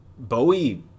Bowie